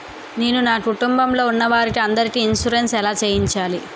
నేను నా కుటుంబం లొ ఉన్న వారి అందరికి ఇన్సురెన్స్ ఎలా చేయించాలి?